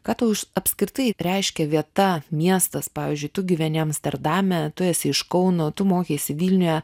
ką tau apskritai reiškia vieta miestas pavyzdžiui tu gyveni amsterdame tu esi iš kauno tu mokeisi vilniuje